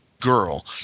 Girl